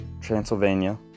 Transylvania